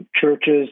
churches